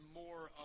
more